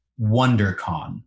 WonderCon